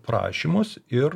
prašymus ir